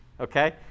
okay